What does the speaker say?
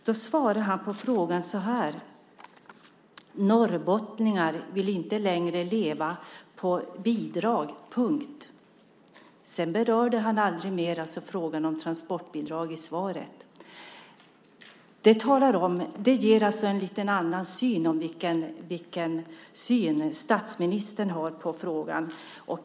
Han svarade då: Norrbottningar vill inte längre leva på bidrag. Punkt. Sedan berörde han i sitt svar inte frågan om transportbidrag ytterligare. Det visar att statsministern har en lite annan syn på frågan.